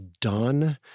done